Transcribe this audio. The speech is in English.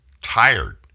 tired